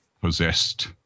possessed